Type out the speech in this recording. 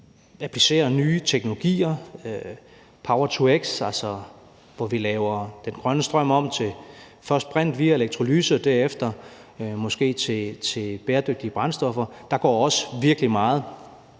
vi applicere nye teknologier som power-to-x, hvor vi laver den grønne strøm om til først brint via elektrolyse og derefter måske til bæredygtige brændstoffer, og der går også virkelig meget